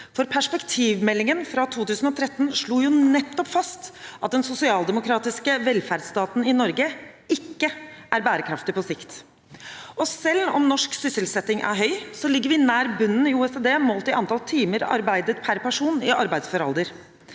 perspektivmeldingen fra 2013 slo jo nettopp fast at den sosialdemokratiske velferdsstaten Norge ikke er bærekraftig på sikt. Selv om norsk sysselsetting er høy, ligger vi nær bunnen i OECD målt i antall timer arbeidet per person i arbeidsfør alder.